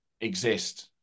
exist